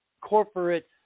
corporate